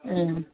ஆ